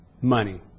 money